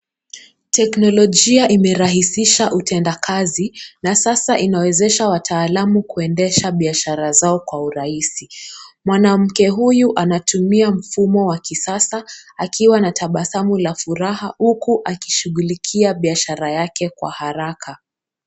Teknolojia imerahisisha utendakazi na sasa inawezesha wataalamu kuendelesha biashara zao kwa urahisi. Mwanamke huyu anatumia mfumo wa kisasa akiwa na tabasamu la furaha huku akishughulikia biashara yake kwa haraka.